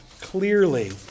clearly